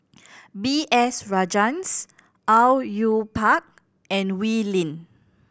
B S Rajhans Au Yue Pak and Wee Lin